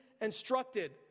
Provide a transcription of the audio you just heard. instructed